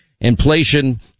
inflation